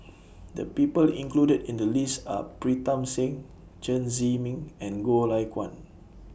The People included in The list Are Pritam Singh Chen Zhiming and Goh Lay Kuan